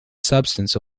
substance